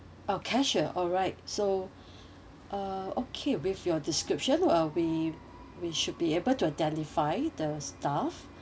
uh cashier alright so uh okay with your description uh we we should be able to identify the staff